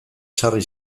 sarri